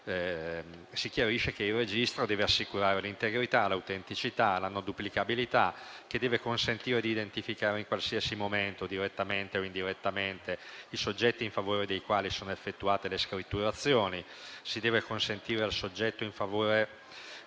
si chiarisce cioè che il registro deve assicurare l'integrità, l'autenticità e la non duplicabilità e consentire di identificare in qualsiasi momento, direttamente o indirettamente, i soggetti in favore dei quali sono effettuate le scritturazioni; si deve consentire al soggetto in favore